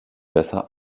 besser